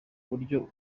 buryo